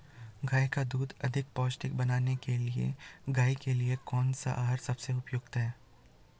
गाय का दूध अधिक पौष्टिक बनाने के लिए गाय के लिए कौन सा आहार सबसे उपयोगी है?